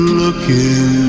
looking